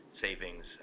savings